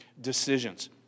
decisions